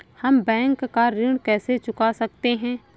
हम बैंक का ऋण कैसे चुका सकते हैं?